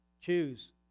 Choose